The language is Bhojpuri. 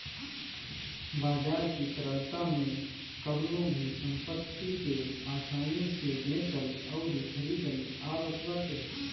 बाजार की तरलता में कवनो भी संपत्ति के आसानी से बेचल अउरी खरीदल आवत बाटे